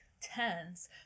tense